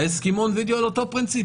ההסכמון וידיאו על אותו פרינציפ,